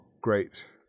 Great